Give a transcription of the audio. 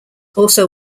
also